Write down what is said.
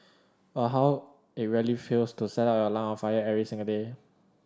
or how it really feels to set your lungs on fire every single day